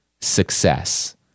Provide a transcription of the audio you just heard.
success